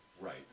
Right